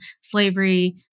slavery